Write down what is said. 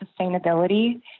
sustainability